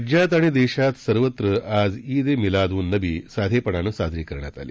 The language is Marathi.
राज्यात आणि देशात सर्वत्र आज ईद ए मिलाद उन नबी साधेपणानं साजरी करण्यात आली